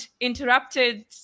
interrupted